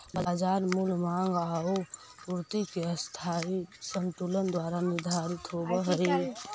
बाजार मूल्य माँग आउ पूर्ति के अस्थायी संतुलन द्वारा निर्धारित होवऽ हइ